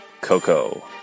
Coco